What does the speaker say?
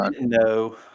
No